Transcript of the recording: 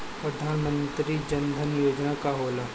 प्रधानमंत्री जन धन योजना का होला?